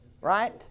right